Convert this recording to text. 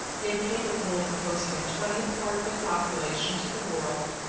yet capable of opposing a twentieth part of their population to the world,